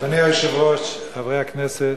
אדוני היושב-ראש, חברי הכנסת,